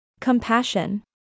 Compassion